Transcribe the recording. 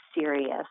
serious